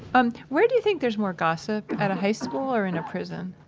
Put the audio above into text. um, where do you think there's more gossip, at a high school or in a prison?